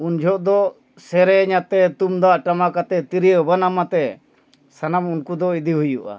ᱩᱱ ᱡᱷᱚᱜ ᱫᱚ ᱥᱮᱨᱮᱧ ᱟᱛᱮ ᱛᱩᱢᱫᱟᱜ ᱴᱟᱢᱟᱠ ᱟᱛᱮ ᱛᱤᱨᱭᱟᱹ ᱵᱟᱱᱟᱢ ᱟᱛᱮ ᱥᱟᱱᱟᱢ ᱩᱱᱠᱩ ᱫᱚ ᱤᱫᱤ ᱦᱩᱭᱩᱜᱼᱟ